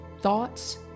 Thoughts